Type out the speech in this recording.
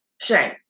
Shame